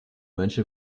mönche